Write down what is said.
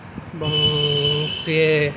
ଏବଂ ସିଏ